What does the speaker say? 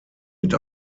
mit